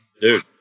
dude